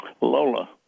Lola